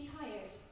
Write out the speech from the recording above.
tired